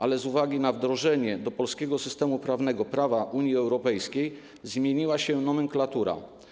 Ale z uwagi na wdrożenie do polskiego systemu prawnego prawa Unii Europejskiej zmieniła się nomenklatura.